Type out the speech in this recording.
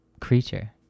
creature